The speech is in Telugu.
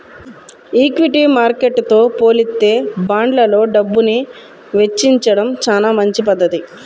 ఈక్విటీ మార్కెట్టుతో పోలిత్తే బాండ్లల్లో డబ్బుని వెచ్చించడం చానా మంచి పధ్ధతి